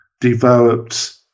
developed